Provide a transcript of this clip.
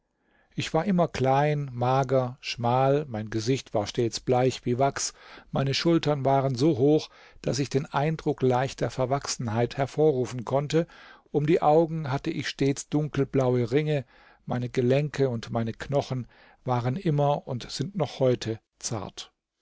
ich war immer klein mager schmal mein gesicht war stets bleich wie wachs meine schultern waren so hoch daß ich den eindruck leichter verwachsenheit hervorrufen konnte um die augen hatte ich stets dunkelblaue ringe meine gelenke und meine knochen waren immer und sind noch heute zart